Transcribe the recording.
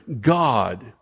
God